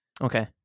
Okay